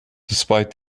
despite